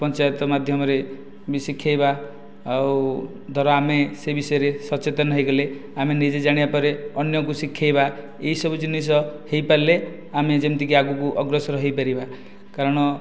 ପଞ୍ଚାୟତ ମାଧ୍ୟମରେ ବି ଶିଖାଇବା ଆଉ ଧର ଆମେ ସେହି ବିଷୟରେ ସଚେତନ ହୋଇଗଲେ ଆମେ ନିଜେ ଜାଣିବା ପରେ ଅନ୍ୟଙ୍କୁ ଶିଖାଇବା ଏହିସବୁ ଜିନିଷ ହୋଇପାରିଲେ ଆମେ ଯେମିତିକି ଆଗକୁ ଅଗ୍ରସର ହୋଇପାରିବା କାରଣ